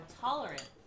tolerant